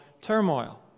turmoil